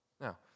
Now